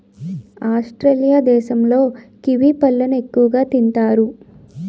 Australia దేశంలో kiwi పళ్ళను ఎక్కువగా తింతారు